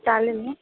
चालेल ना